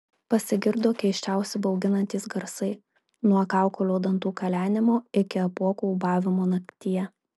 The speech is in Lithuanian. pasigirdo keisčiausi bauginantys garsai nuo kaukolių dantų kalenimo iki apuokų ūbavimo naktyje